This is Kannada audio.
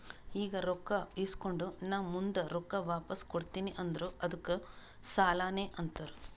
ಈಗ ರೊಕ್ಕಾ ಇಸ್ಕೊಂಡ್ ನಾ ಮುಂದ ರೊಕ್ಕಾ ವಾಪಸ್ ಕೊಡ್ತೀನಿ ಅಂದುರ್ ಅದ್ದುಕ್ ಸಾಲಾನೇ ಅಂತಾರ್